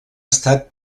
estat